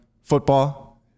football